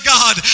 God